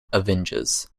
avengers